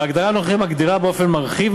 ההגדרה הנוכחית מגדירה באופן מרחיב,